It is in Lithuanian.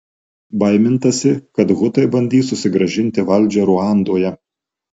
baimintasi kad hutai bandys susigrąžinti valdžią ruandoje